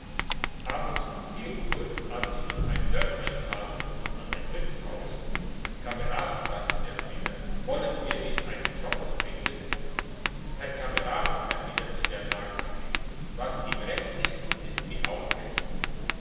abends um uhr als sie in ein dörflein kamen und an ein wirtshaus kamerad sagte der frieder wollen wir nicht einen schoppen trinken herr kamerad erwiderte der nagelschmied was ihm recht ist ist mir auch recht